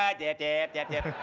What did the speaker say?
yeah deb, deb, deb, deb.